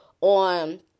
on